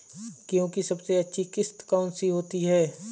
गेहूँ की सबसे अच्छी किश्त कौन सी होती है?